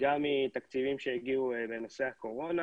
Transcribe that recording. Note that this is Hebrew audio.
גם מתקציבים שהגיעו לנושא הקורונה